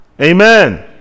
Amen